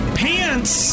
pants